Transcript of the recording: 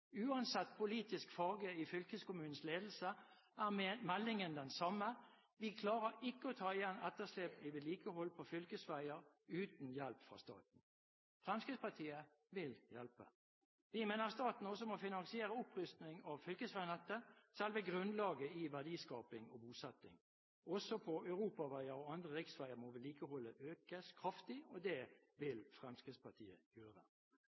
Uansett politisk farge i fylkeskommunens ledelse er meldingen den samme: Vi klarer ikke å ta igjen etterslep i vedlikehold på fylkesveier uten hjelp fra staten. Fremskrittspartiet vil hjelpe. Vi mener staten også må finansiere opprustning av fylkesveinettet – selve grunnlaget i verdiskaping og bosetting. Også på europaveier og riksveier må vedlikeholdet økes kraftig. Det vil Fremskrittspartiet gjøre. I sin rød-grønne analyse av situasjonen i Portugal og